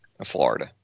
Florida